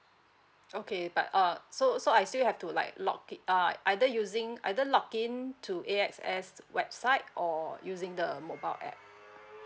okay but uh so so I still have to like log it uh either using either log in to AXS website or using the mobile app